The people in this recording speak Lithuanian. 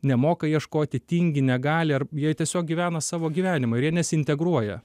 nemoka ieškoti tingi negali ar jie tiesiog gyvena savo gyvenimą ir jie nesiintegruoja